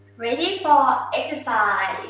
ready for exercise?